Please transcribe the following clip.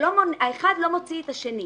האחד לא מוציא את השני.